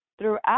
throughout